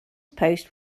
post